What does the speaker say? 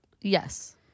Yes